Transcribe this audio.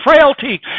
frailty